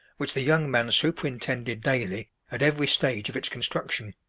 which the young man superintended daily at every stage of its construction.